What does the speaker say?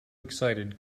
excited